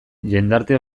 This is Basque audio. jendarte